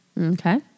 Okay